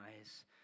eyes